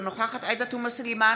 אינה נוכחת עאידה תומא סלימאן,